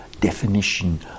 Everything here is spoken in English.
definition